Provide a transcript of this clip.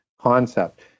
concept